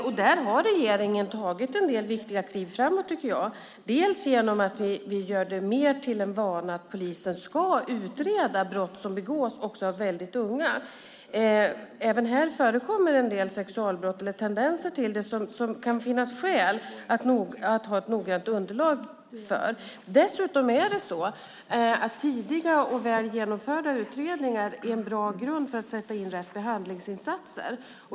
Där tycker jag att regeringen har tagit en del viktiga kliv framåt, bland annat genom att göra det till mer av en vana att polisen ska utreda brott som begås också av mycket unga. Även här förekommer en del sexualbrott eller tendenser till det som det kan finnas skäl att ha ett noggrant underlag för. Det är dessutom så att tidiga och väl genomförda utredningar är en bra grund för att sätta in rätt behandlingsinsatser.